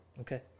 okay